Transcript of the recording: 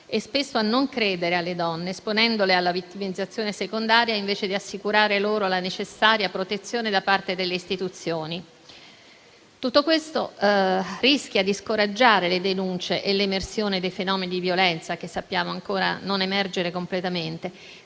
e spesso a non credere alle donne, esponendole alla vittimizzazione secondaria, invece di assicurare loro la necessaria protezione da parte delle istituzioni. Tutto questo rischia di scoraggiare le denunce e l'emersione dei fenomeni di violenza, che sappiamo ancora non emergere completamente,